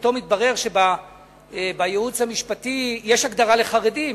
פתאום מתברר שבייעוץ המשפטי יש הגדרה "חרדים",